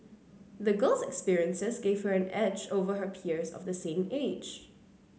the girl's experiences gave her an edge over her peers of the same age